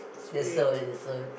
that's so it is so